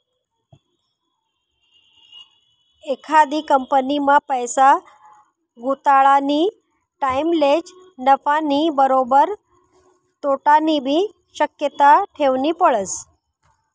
एखादी कंपनीमा पैसा गुताडानी टाईमलेच नफानी बरोबर तोटानीबी शक्यता ठेवनी पडस